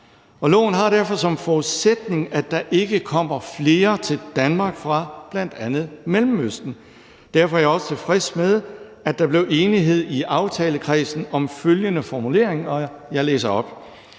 Loven har derfor som forudsætning, at der ikke kommer flere til Danmark fra bl.a. Mellemøsten. Derfor er jeg også tilfreds med, at der blev enighed i aftalekredsen om følgende formulering